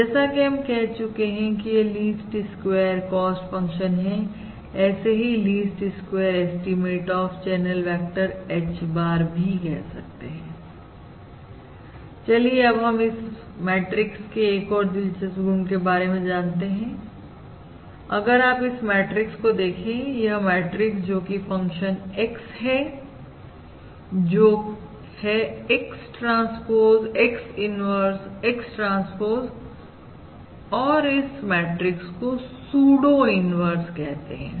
जैसा कि हम कह चुके हैं यह लीस्ट स्क्वेयर कॉस्ट फंक्शन है ऐसे ही least square estimate of channel vector H bar भी कह सकते हैं चलिए अब हम इस मैट्रिक्स केएक और दिलचस्प गुण के बारे में जानते हैं अगर आप इस मैट्रिक्स को देखें यह मैट्रिक्स जोकि फंक्शन ऑफ X है जोकि है X transpose X inverse X transpose और इस मैट्रिक्स को सुडो इन्वर्स कहते हैं